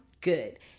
Good